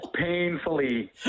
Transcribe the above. painfully